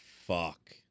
fuck